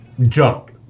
junk